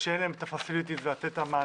כשאין להם הקטע המעשי.